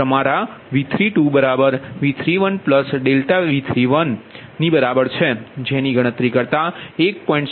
અને તમારા V32 V31∆V31ની બરાબર છે જે ની ગણતરી કરતા 1